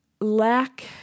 lack